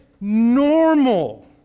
normal